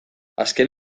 azken